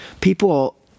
People